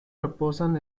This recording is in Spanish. reposan